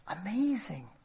amazing